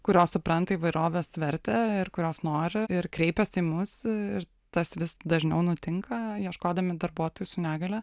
kurios supranta įvairovės vertę ir kurios nori ir kreipias į mus ir tas vis dažniau nutinka ieškodami darbuotojų su negalia